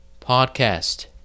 podcast